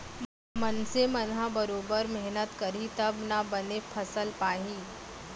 मनसे मन ह बरोबर मेहनत करही तब ना बने फसल पाही